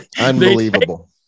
Unbelievable